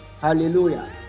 Hallelujah